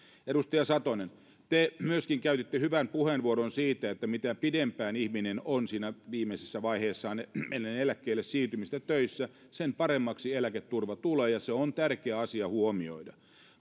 edustaja satonen te myöskin käytitte hyvän puheenvuoron siitä että mitä pidempään ihminen on siinä viimeisessä vaiheessaan ennen eläkkeelle siirtymistä töissä sen paremmaksi eläketurva tulee ja se on tärkeä asia huomioida